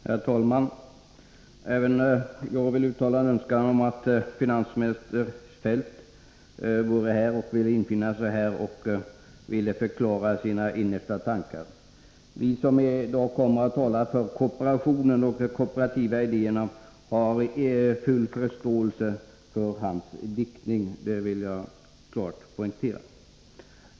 Herr talman! Även jag vill uttala en önskan om att finansminister Feldt måtte infinna sig här och förklara sina innersta tankar. Vi som talar för kooperationen och de kooperativa idéerna har full förståelse för hans diktning. Det vill jag klart deklarera.